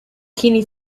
kenny